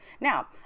Now